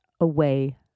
away